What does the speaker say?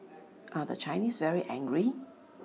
are the Chinese very angry